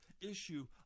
issue